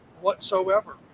whatsoever